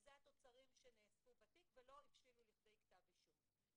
שזה התוצרים שנמצאו בתיק ולא הבשילו לכדי כתב אישום.